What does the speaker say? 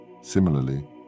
Similarly